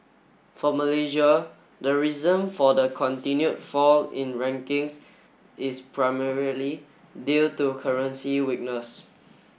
for Malaysia the reason for the continue fall in rankings is primarily due to currency weakness